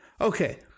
Okay